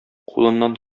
кулыннан